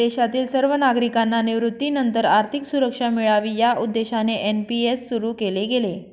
देशातील सर्व नागरिकांना निवृत्तीनंतर आर्थिक सुरक्षा मिळावी या उद्देशाने एन.पी.एस सुरु केले गेले